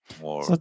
More